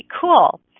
cool